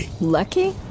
Lucky